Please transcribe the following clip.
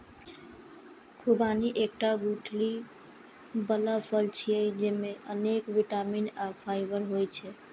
खुबानी एकटा गुठली बला फल छियै, जेइमे अनेक बिटामिन आ फाइबर होइ छै